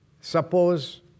suppose